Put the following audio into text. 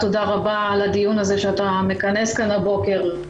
תודה רבה על הדיון הזה שאתה מכנס כאן הבוקר,